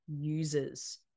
users